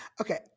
Okay